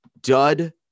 dud